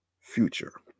future